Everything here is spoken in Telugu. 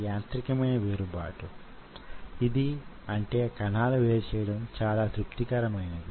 యాక్టిన్ మరియు మ్యోసిన్ ఫిలమెంట్లు వొక దాని పై ఒకటి జారుతాయి